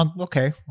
okay